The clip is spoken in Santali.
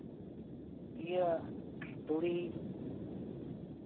ᱤᱭᱟᱹ ᱛᱩᱲᱤ